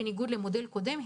בניגוד למודל הקודם,